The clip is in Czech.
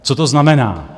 Co to znamená?